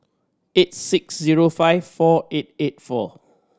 eight six zero five four eight eight four